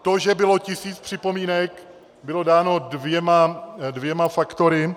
To, že bylo tisíc připomínek, bylo dáno dvěma faktory.